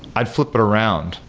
i'd flip it around.